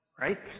Right